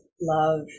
love